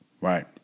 Right